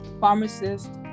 Pharmacist